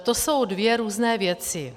To jsou dvě různé věci.